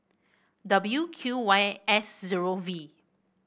W Q Y S zero V